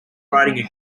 riding